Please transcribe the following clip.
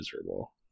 miserable